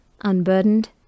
unburdened